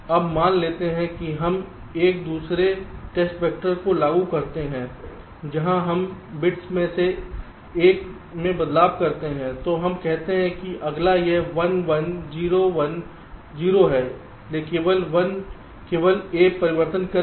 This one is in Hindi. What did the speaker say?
अब मान लेते हैं कि हम एक दूसरे टेस्ट वेक्टर को लागू करते हैं जहां हम बिट्स में से एक में बदलाव करते हैं तो हम कहते हैं कि अगला यह 1 1 0 1 0 है केवल A परिवर्तन करेगा